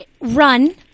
run